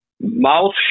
mouth